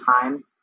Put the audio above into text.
time